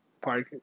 Park